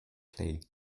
play